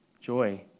joy